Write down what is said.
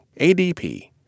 ADP